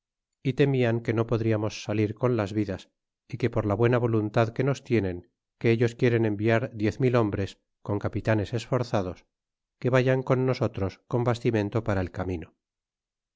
é temian que no podriamos salir con las vidas é que por la buena voluntad que nos tienen que ellos quieren enviar diez mit hombres con capitanes esforzados que vayan con nosotros con bastimento para el camino